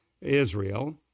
Israel